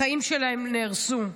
החיים שלהם נהרסו.